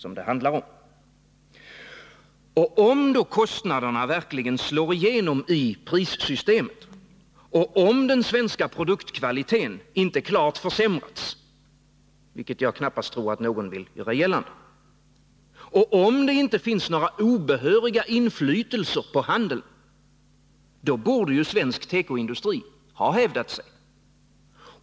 Om kostnaderna verkligen slår igenom i prissystemet, om den svenska produktkvaliteten inte klart försämrats — vilket jag knappast tror att någon vill göra gällande — och om det inte finns några obehöriga inflytelser på handeln, då borde ju svensk tekoindustri ha hävdat sig.